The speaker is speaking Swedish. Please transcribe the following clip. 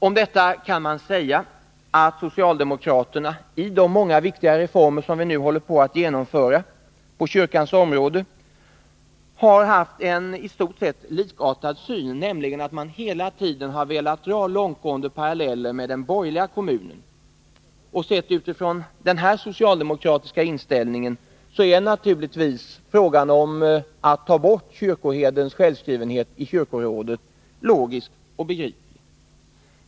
Om detta kan man säga att socialdemokraterna i de många viktiga reformer på kyrkans område som vi nu står i begrepp att genomföra har haft enistort sett likartad syn. Man har nämligen velat dra långtgående paralleller med den borgerliga kommunen. Sett utifrån detta är den socialdemokratiska inställningen i fråga om att ta bort kyrkoherdens självskrivenhet i kyrkorådet logisk och begriplig.